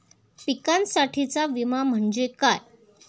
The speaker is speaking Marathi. पिकांसाठीचा विमा म्हणजे काय?